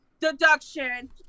deduction